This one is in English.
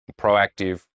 proactive